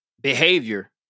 behavior